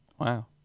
wow